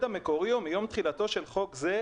המקורי או מיום תחילתו של חוק זה,